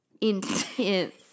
intense